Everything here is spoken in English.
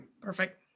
Perfect